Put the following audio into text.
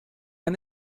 han